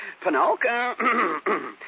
Pinocchio